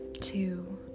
two